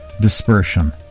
dispersion